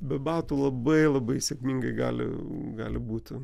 be batų labai labai sėkmingai gali gali būti